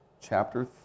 chapter